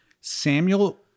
Samuel